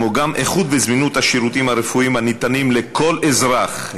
כמו גם איכות וזמינות השירותים הרפואיים הניתנים לכל אזרח,